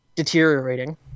deteriorating